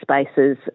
spaces